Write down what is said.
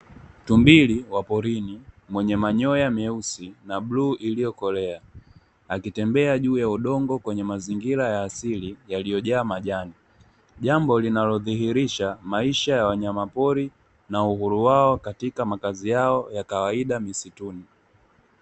Tumiri wa porini mwenye manyoya meusi na bluu iliyokolea, akitembea juu ya udongo kwenye mazingira ya asili yaliyojaa majani, jambo linalodhihirisha maisha ya wanyama pori na uhuru wao katika makazi yao a kawaida misituni.